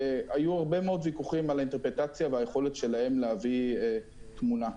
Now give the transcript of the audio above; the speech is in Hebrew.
היו הרבה מאוד ויכוחים על האינטרפרטציה והיכולת שלהם להביא תמונה.